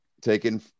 taken